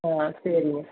ஆ சரிங்க